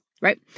right